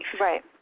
Right